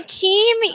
team